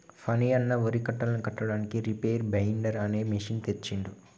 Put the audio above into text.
ఫణి అన్న వరి కట్టలను కట్టడానికి రీపేర్ బైండర్ అనే మెషిన్ తెచ్చిండు